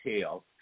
tell